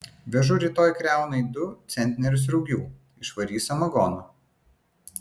vežu rytoj kriaunai du centnerius rugių išvarys samagono